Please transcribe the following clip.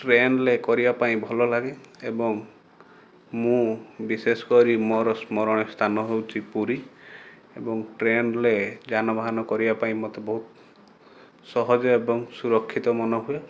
ଟ୍ରେନଲେ କରିବା ପାଇଁ ଭଲ ଲାଗେ ଏବଂ ମୁଁ ବିଶେଷ କରି ମୋର ସ୍ମରଣୀୟ ସ୍ଥାନ ହେଉଛି ପୁରୀ ଏବଂ ଟ୍ରେନଲେ ଯାନବାହନ କରିବା ପାଇଁ ମୋତେ ବହୁତ ସହଜ ଏବଂ ସୁରକ୍ଷିତ ମନ ହୁଏ